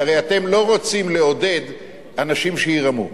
כי הרי אתם לא רוצים לעודד אנשים שירמו.